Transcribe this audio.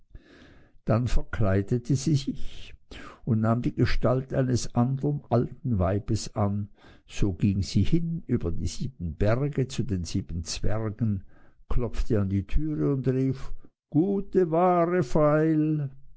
dann verkleidete sie sich und nahm die gestalt eines andern alten weibes an so ging sie hin über die sieben berge zu den sieben zwergen klopfte an die türe und rief gute ware feil